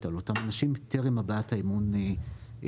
על אותם אנשים טרם הבעת האמון בממשלה,